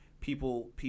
People –